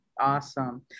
awesome